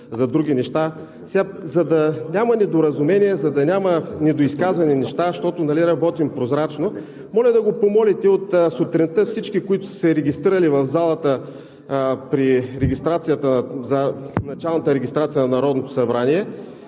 за други неща, за да няма недоразумения, за да няма недоизказани неща, защото нали работим прозрачно, моля да го помолите да каже: от сутринта всички, които са се регистрирали в залата при началната регистрация на Народното събрание,